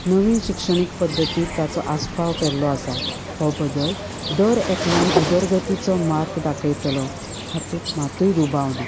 नवीन शिक्षणीक पद्दतींत ताचो आस्पाव केल्लो आसा हो बदल दर एकल्याक उदरगतीचो मार्ग दाखयतलो हातूंत मात्तूय दुबाव ना